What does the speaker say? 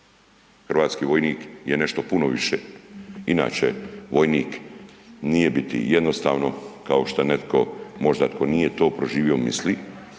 hrvatski vojnik je nešto puno više. Inače vojnik nije biti jednostavno kao što je netko možda tko nije to proživio misli,